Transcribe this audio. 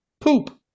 Poop